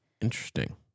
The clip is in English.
Interesting